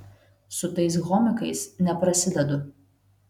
su tais homikais neprasidedu